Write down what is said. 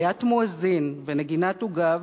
קריאת מואזין ונגינת עוגב,